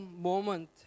moment